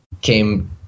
came